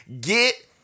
Get